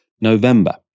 November